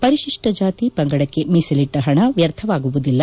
ಪರಿಶಿಷ್ಠ ಜಾತಿ ಪಂಗಡಕ್ಕೆ ಮೀಸಲಿಟ್ಟ ಹಣ ವ್ಯರ್ಥವಾಗುವುದಿಲ್ಲ